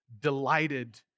delighted